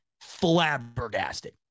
flabbergasted